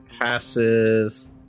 passes